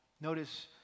Notice